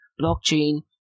Blockchain